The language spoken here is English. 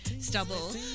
stubble